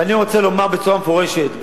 ואני רוצה לומר בצורה מפורשת,